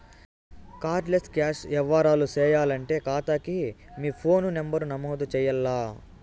card less cash యవ్వారాలు సేయాలంటే కాతాకి మీ ఫోను నంబరు నమోదు చెయ్యాల్ల